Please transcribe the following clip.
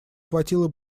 хватило